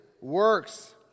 works